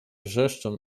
wrzeszczą